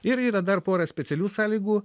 ir yra dar pora specialių sąlygų